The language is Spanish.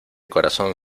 corazón